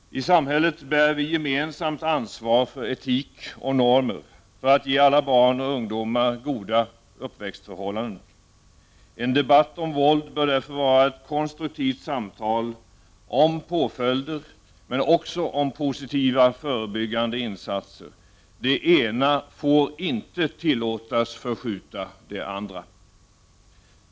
I samhället bär vi gemensamt ansvar för etik och normer och för att ge alla barn och ungdomar goda uppväxtförhållanden. En debatt om våld bör därför vara ett konstruktivt samtal om påföljder, men också om positiva och förebyggande insatser. Det ena får inte tillåtas förskjuta det andra.